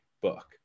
book